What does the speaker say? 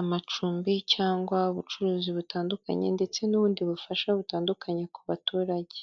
amacumbi cyangwa ubucuruzi butandukanye ndetse n'ubundi bufasha butandukanye ku baturage.